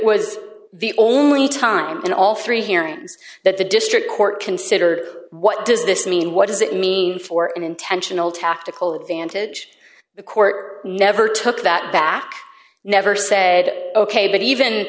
was the only time in all three hearings that the district court considered what does this mean what does it mean for an intentional tactical advantage the court never took that back never said ok but even